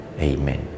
Amen